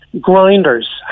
grinders